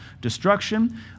destruction